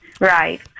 Right